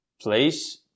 place